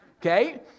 okay